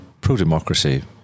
pro-democracy